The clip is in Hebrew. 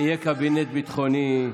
יהיה קבינט ביטחוני,